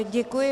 Děkuji.